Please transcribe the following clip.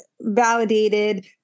validated